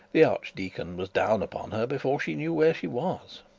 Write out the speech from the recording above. the archdeacon was down upon her before she knew where she was.